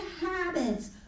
habits